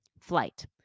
Flight